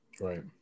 Right